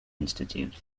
institute